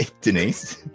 denise